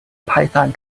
python